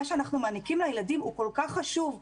שאנחנו מעניקים לילדים הוא כל כך חשוב.